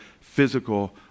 physical